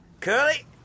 Curly